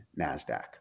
NASDAQ